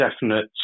definite